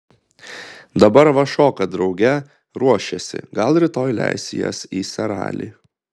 dabar va šoka drauge ruošiasi gal rytoj leis jas į seralį